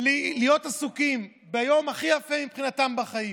להיות עסוקים ביום הכי יפה מבחינתם בחיים,